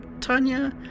Tanya